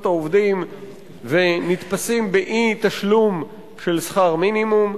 העובדים ונתפסים באי-תשלום שכר המינימום.